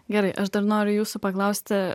gerai aš dar noriu jūsų paklausti